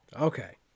Okay